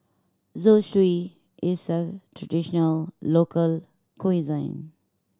zosui is a traditional local cuisine